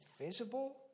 visible